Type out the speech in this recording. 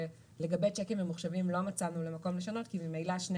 שלגבי השיקים הממוחשבים לא מצאנו מקום לשנות כי ממילא שני